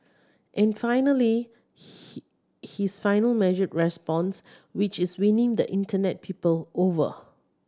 and finally he his final measured response which is winning the Internet people over